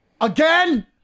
again